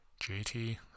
JT